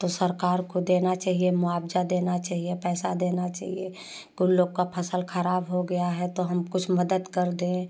तो सरकार को देना चाहिए मुआबजा देना चाहिए पैसा देना चाहिए उन लोग का फसल खराब हो गया है तो हम कुछ मदद कर दें